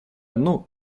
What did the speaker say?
дну